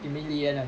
you mean li yan ah